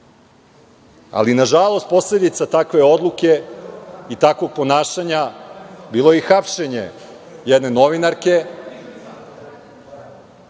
Ali, nažalost, posledica takve odluke i takvog ponašanja bilo je i hapšenje jedne novinarke,